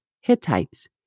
Hittites